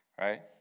right